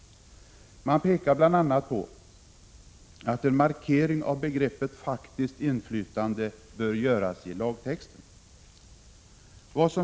Man pekar bl.a. på att en markering av begreppet faktiskt inflytande bör göras i lagtexten.